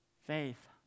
Faith